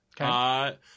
Okay